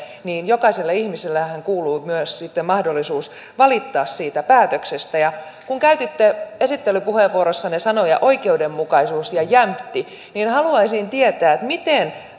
jokaiselle ihmisellehän kuuluu sitten myös mahdollisuus valittaa siitä päätöksestä kun käytitte esittelypuheenvuorossanne sanoja oikeudenmukaisuus ja jämpti niin haluaisin tietää miten